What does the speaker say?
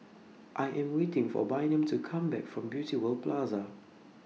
I Am waiting For Bynum to Come Back from Beauty World Plaza